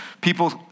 people